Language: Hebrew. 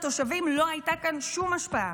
לתושבים לא הייתה כאן שום השפעה.